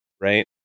Right